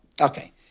Okay